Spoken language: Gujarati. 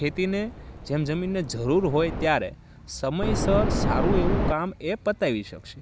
ખેતીને જેમ જમીનને જરૂર હોય ત્યારે સમયસર સારું એવું કામ એ પતાવી શકશે